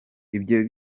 ibyo